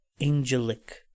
angelic